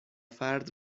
فرد